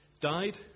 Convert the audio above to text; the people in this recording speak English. died